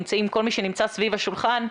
כל מי שנמצא סביב השולחן,